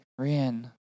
Rian